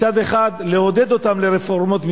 מצד אחד לעודד אותם לרפורמות,